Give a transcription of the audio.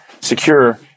secure